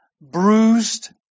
bruised